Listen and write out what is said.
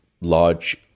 large